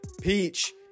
Peach